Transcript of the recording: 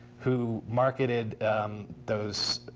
who marketed those